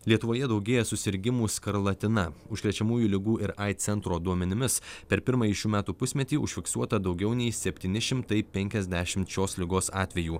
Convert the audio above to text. lietuvoje daugėja susirgimų skarlatina užkrečiamųjų ligų ir aids centro duomenimis per pirmąjį šių metų pusmetį užfiksuota daugiau nei septyni šimtai penkiasdešimt šios ligos atvejų